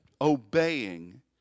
obeying